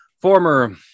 former